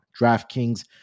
DraftKings